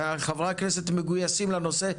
חברי הכנסת מגויסים לנושא.